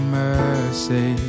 mercy